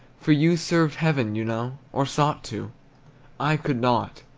for you served heaven, you know, or sought to i could not,